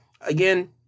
again